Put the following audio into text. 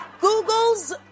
Google's